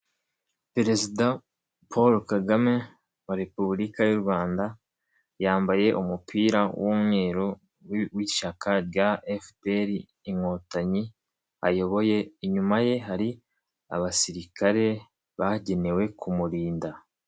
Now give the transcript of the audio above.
Perezida Paul KAGAME wa repubulika y'u Rwanda, yambaye umupira w'umweru w'ishyaka rya FPR inkotanyi ayoboye, inyuma ye hari abasirikare bagenewe kumurinda.